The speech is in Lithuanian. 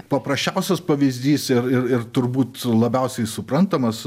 paprasčiausias pavyzdys ir ir ir turbūt labiausiai suprantamas